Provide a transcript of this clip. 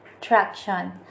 traction